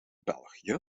belgië